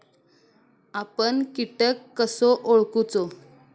आपन कीटक कसो ओळखूचो?